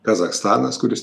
kazachstanas kuris